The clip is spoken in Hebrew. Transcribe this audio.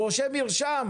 הוא רושם מרשם,